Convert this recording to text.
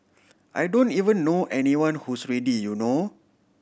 I don't even know anyone who's ready you know